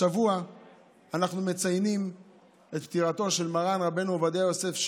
השבוע אנחנו מציינים את פטירתו של מרן רבנו עובדיה יוסף,